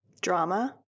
Drama